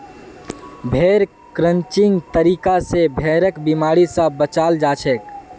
भेड़ क्रचिंग तरीका स भेड़क बिमारी स बचाल जाछेक